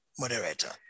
moderator